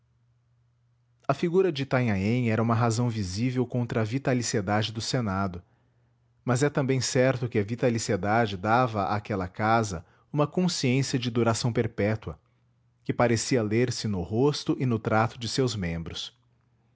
a figura de itanhaém era uma razão visível contra a vitaliciedade do senado mas é também certo que a vitaliciedade dava àquela casa uma consciência de duração perpétua que parecia ler-se no rosto e no trato de seus membros